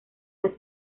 las